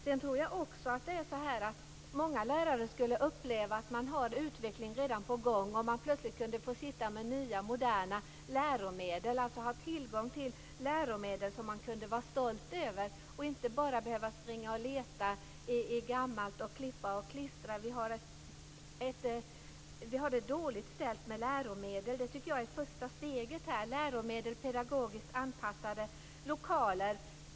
Jag tror också att många lärare skulle uppleva att en utveckling redan är på gång om de fick nya och moderna läromedel, dvs. att få tillgång till läromedel som de kunde vara stolta över, så att de inte behöver använda gamla hjälpmedel och klippa och klistra. Vi har det dåligt ställt med läromedel. Jag anser därför att ett första steg skulle vara att tillhandahålla läromedel och pedagogiskt anpassade lokaler.